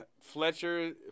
Fletcher